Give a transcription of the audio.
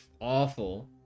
awful